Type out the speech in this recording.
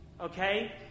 okay